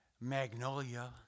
Magnolia